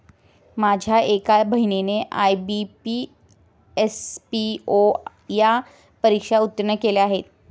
माझ्या एका बहिणीने आय.बी.पी, एस.पी.ओ या परीक्षा उत्तीर्ण केल्या आहेत